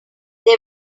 they